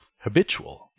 habitual